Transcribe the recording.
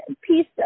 piece